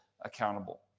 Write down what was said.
accountable